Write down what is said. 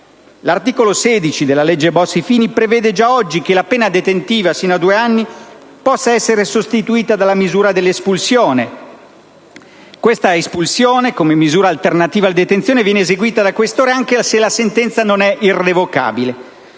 L'articolo 16 della legge Bossi-Fini prevede già oggi che la pena detentiva sino a due anni possa essere sostituita dalla misura dell'espulsione. Questa espulsione, come misura alternativa alla detenzione, viene eseguita dal questore anche se la sentenza non è irrevocabile.